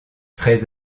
très